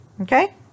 Okay